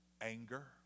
anger